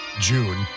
june